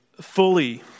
fully